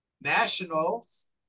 Nationals